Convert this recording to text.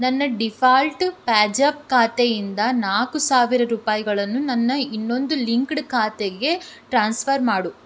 ನನ್ನ ಡಿಫಾಲ್ಟ್ ಪ್ಯಾಜ್ಯಾಪ್ ಖಾತೆಯಿಂದ ನಾಲ್ಕು ಸಾವಿರ ರೂಪಾಯಿಗಳನ್ನು ನನ್ನ ಇನ್ನೊಂದು ಲಿಂಕ್ಡ್ ಖಾತೆಗೆ ಟ್ರಾನ್ಸ್ಫರ್ ಮಾಡು